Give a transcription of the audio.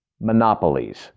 monopolies